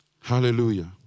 Hallelujah